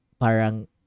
Parang